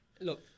Look